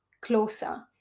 closer